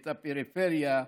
את הפריפריה,